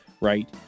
right